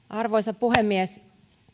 arvoisa puhemies